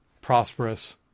prosperous